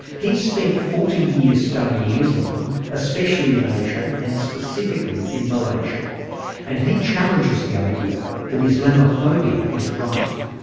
he's spent forty years studying islam, especially in asia and specifically in malaysia and he challenges the idea that islamophobia is rife.